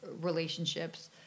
relationships